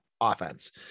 offense